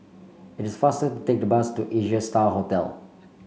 it is faster take the bus to Asia Star Hotel